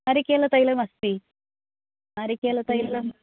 नारिकेल तैलम् अस्ति नारिकेल तैलं